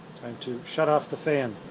to shut off the fan.